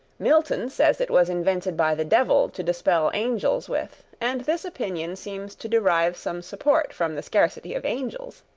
milton says it was invented by the devil to dispel angels with, and this opinion seems to derive some support from the scarcity of angels.